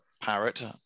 parrot